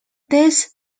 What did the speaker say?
this